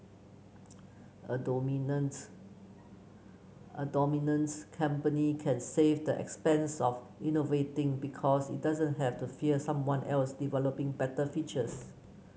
a dominant a dominant company can save the expense of innovating because it doesn't have to fear someone else developing better features